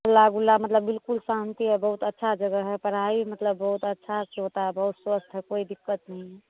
हल्ला गुल्ला मतलब बिलकुल शान्ति है बहुत अच्छा जगह है पढ़ाई मतलब बहुत अच्छा से होता है बहुत स्वस्थ है कोई दिक्कत नहीं है